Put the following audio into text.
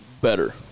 better